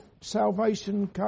salvation